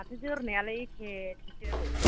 माथो जोरनायालाय एखेसो जोरो